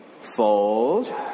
Fold